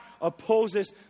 opposes